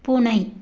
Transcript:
பூனை